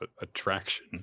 attraction